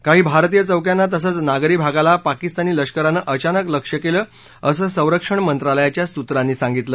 काही भारतीय चौक्यांना तसंच नागरी भागाला पाकिस्तानी लष्करानं अचानक लक्ष्य केलं असं संरक्षण मंत्रालयाच्या सुत्रांनी सांगितलं